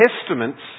Testaments